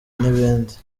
n’ibindi